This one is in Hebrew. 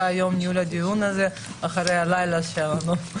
היום את ניהול הדיון הזה אחרי הלילה שעברנו.